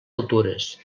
altures